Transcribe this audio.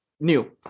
New